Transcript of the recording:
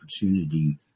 opportunity